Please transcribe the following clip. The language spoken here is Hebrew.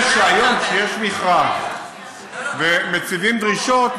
ובזה שהיום יש מכרז ומציבים דרישות,